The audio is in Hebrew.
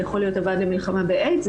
זה יכול להיות הוועד למלחמה באיידס,